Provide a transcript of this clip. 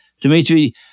Dmitry